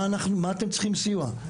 במה אתם צריכים סיוע?